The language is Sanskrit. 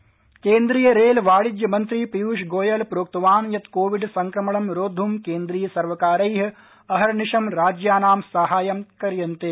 गोयल कोविड केन्द्रीय रेल वाणिज्य मन्त्री पीयूष गोयलः प्रोक्तवान यत् कोविड संक्रमणं रोद्ध केन्द्रीय सर्वकाैः अहर्निशं राज्यानां साहाय्यं क्रियन्ते